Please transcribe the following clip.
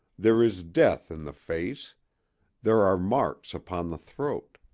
there is death in the face there are marks upon the throat.